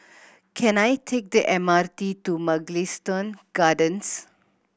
can I take the M R T to Mugliston Gardens